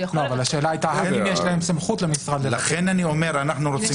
השאלה הייתה האם יש להם סמכות --- לכן אני אומר שאנחנו רוצים